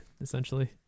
Essentially